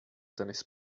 tennis